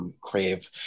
Crave